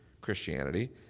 Christianity